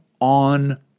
on